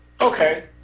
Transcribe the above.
Okay